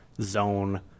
zone